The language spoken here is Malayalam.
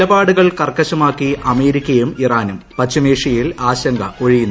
നിലപാടുകൾ കർക്കശമാക്കി അമേരിക്കയും ഇറാനും പശ്ചിമേഷ്യയിൽ ആശങ്ക ഒഴിയുന്നില്ല